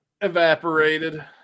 evaporated